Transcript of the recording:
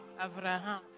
Abraham